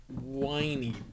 whiny